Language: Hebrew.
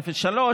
0.3%,